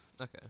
Okay